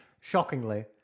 shockingly